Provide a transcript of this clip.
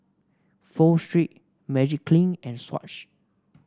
Pho Street Magiclean and Swatch